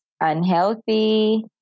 unhealthy